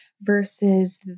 versus